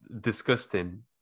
disgusting